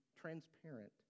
Transparent